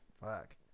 fuck